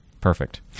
Perfect